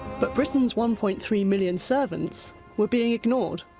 but britain's one point three million servants were being ignored.